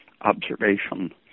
observation